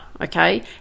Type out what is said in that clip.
okay